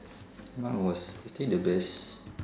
mat was eating the best